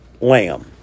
lamb